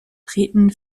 treten